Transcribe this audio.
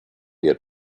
yet